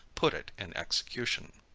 put it in execution.